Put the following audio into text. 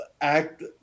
act